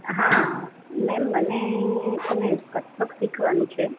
હા મેમ મને છે ને કથક શીખવાનું છે